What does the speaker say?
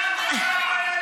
מה את רוצה מהילדים?